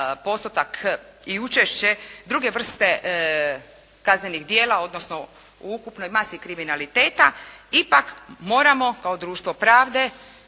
postotak i učešće druge vrste kaznenih djela, odnosno u ukupnoj masi kriminaliteta, ipak moramo kao društvo pravde